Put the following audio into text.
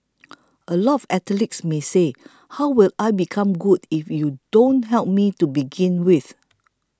a lot of athletes may say How will I become good if you don't help me to begin with